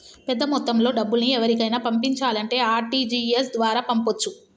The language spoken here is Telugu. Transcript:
పెద్దమొత్తంలో డబ్బుల్ని ఎవరికైనా పంపించాలంటే ఆర్.టి.జి.ఎస్ ద్వారా పంపొచ్చు